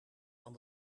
van